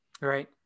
Right